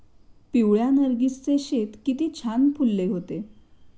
पिवळ्या नर्गिसचे शेत किती छान फुलले होते